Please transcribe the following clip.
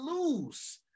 lose